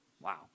Wow